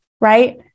right